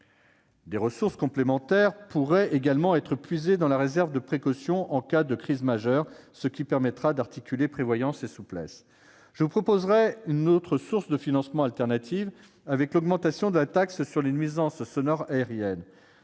Des ressources complémentaires pourraient également être puisées dans la réserve de précaution en cas de crise majeure, ce qui permettra d'articuler prévoyance et souplesse. Je vous proposerai une autre source de financement alternative, avec l'augmentation de la taxe sur les nuisances sonores aériennes.